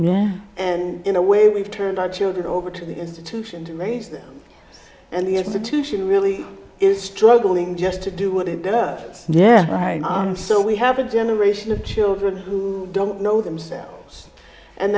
grade and in a way we've turned our children over to the institution to raise them and the institution really is struggling just to do what it does and so we have a generation of children who don't know themselves and